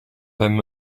hem